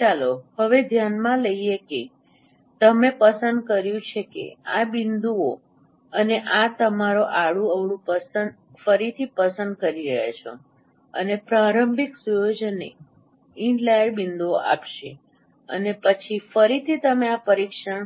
તેથી ચાલો હવે ધ્યાનમાં લઈએ કે તમે પસંદ કર્યું છે કે આ બિંદુ અને આ તમારો આડુ અવળુ ફરીથી પસંદ કરી રહ્યા છો અને આ પ્રારંભિક સુયોજનને ઇનલાઈર બિંદુઓ આપશે અને પછી ફરીથી તમે આ પરીક્ષણ